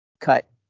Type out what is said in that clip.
cut